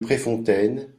préfontaine